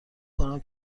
کنم